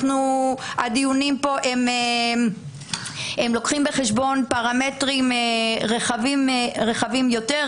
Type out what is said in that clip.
הדיונים פה לוקחים בחשבון פרמטרים רחבים יותר.